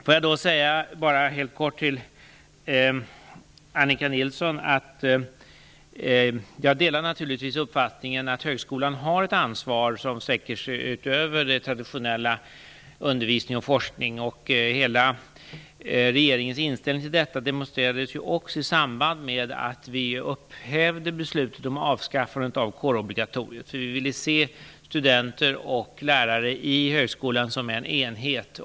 Till Annika Nilsson vill jag helt kort säga att jag naturligtvis delar uppfattningen att högskolan har ett ansvar som sträcker sig utöver det traditionella för undervisning och forskning. Regeringens inställning till detta demonstrerades också i samband med att vi upphävde beslutet om avskaffandet av kårobligatoriet. Vi ville se studenter och lärare inom högskolan som en enhet.